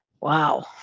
Wow